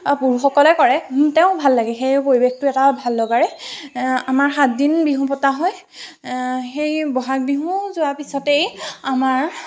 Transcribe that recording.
পুৰুষসকলে কৰে তেও ভাল লাগে সেই পৰিৱেশটো এটা ভাল লগাৰে আমাৰ সাতদিন বিহু পতা হয় সেই ব'হাগ বিহু যোৱাৰ পিছতেই আমাৰ